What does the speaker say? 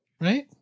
right